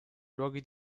luoghi